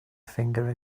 finger